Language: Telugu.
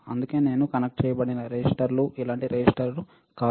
అందుకే నేను కనెక్ట్ చేయబడిన రెసిస్టర్లు ఇలాంటి రెసిస్టర్ కాదు